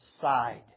side